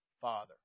Father